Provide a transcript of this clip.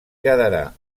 quedarà